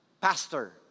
Pastor